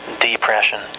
depression